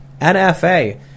NFA